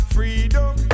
Freedom